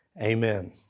Amen